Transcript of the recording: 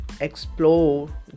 explore